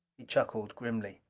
he chuckled grimly.